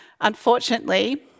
unfortunately